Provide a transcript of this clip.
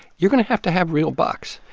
you're going to have to have real bucks.